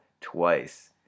Twice